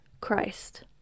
Christ